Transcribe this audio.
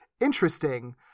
interesting